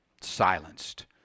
silenced